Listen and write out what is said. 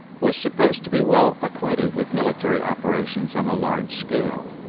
was supposed to be well acquainted with military operations on a large scale.